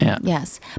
Yes